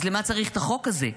אז למה צריך את החוק הזה?